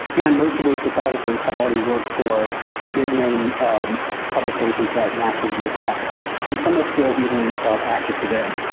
and most of those photographers had already worked for big name publications like national geographic. and some are still even active today.